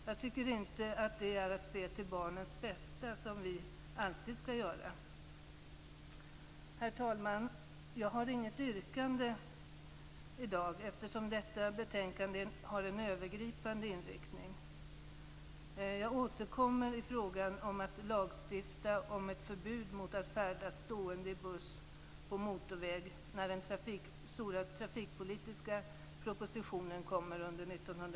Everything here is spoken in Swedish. Jag tycker inte att det är att se till barnens bästa, som vi alltid skall göra. Herr talman! Jag har inget yrkande i dag, eftersom detta betänkande har en övergripande inriktning. Jag återkommer i frågan om att lagstifta om ett förbud mot att färdas stående i buss på motorväg när den stora trafikpolitiska propositionen kommer under